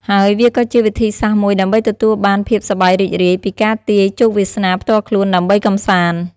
ហើយវាក៏ជាវិធីសាស្ត្រមួយដើម្បីទទួលបានភាពសប្បាយរីករាយពីការទាយជោគវាសនាផ្ទាល់ខ្លួនដើម្បីកំសាន្ត។